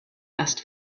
asked